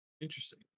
Interesting